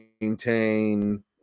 maintain